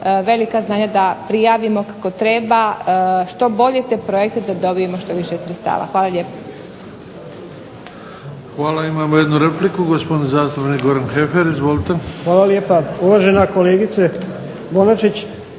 velika znanja da prijavimo kako treba što bolje te projekte da dobijemo što više sredstava. Hvala lijepo. **Bebić, Luka (HDZ)** Hvala. Imamo jednu repliku, gospodin zastupnik Goran Heffer. Izvolite. **Heffer, Goran (SDP)** Hvala lijepa. Uvažena kolegice Bonačić